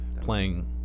playing